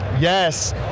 Yes